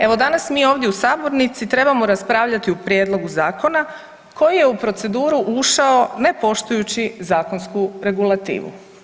Evo danas mi ovdje u sabornici trebamo raspravljati o prijedlogu zakona koji je u proceduru ušao ne poštujući zakonsku regulativu.